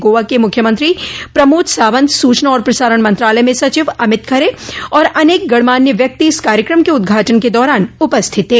गोआ के मुख्यमंत्री प्रमोद सावंत सूचना और प्रसारण मंत्रालय में सचिव अमित खरे और अनेक गण्यमान्य व्यक्ति इस कार्यक्रम के उद्घाटन के दौरान उपस्थित थे